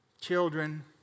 Children